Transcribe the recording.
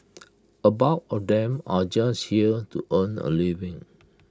A bulk of them are just here to earn A living